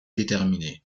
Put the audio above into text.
déterminée